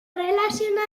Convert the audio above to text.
relacionat